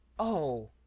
oh!